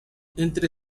entre